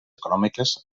econòmiques